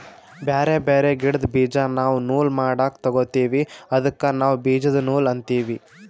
ಬ್ಯಾರೆ ಬ್ಯಾರೆ ಗಿಡ್ದ್ ಬೀಜಾ ನಾವ್ ನೂಲ್ ಮಾಡಕ್ ತೊಗೋತೀವಿ ಅದಕ್ಕ ನಾವ್ ಬೀಜದ ನೂಲ್ ಅಂತೀವಿ